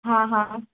हा हा